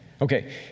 okay